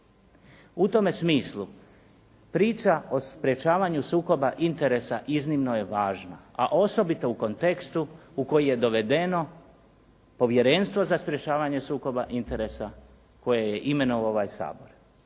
U tome smislu priča o sprječavanju sukoba interesa iznimno je važna, a osobito u kontekstu u koji je dovedeno povjerenstvo za sprječavanje sukoba interesa koje je imenovao ovaj Sabor.